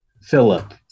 Philip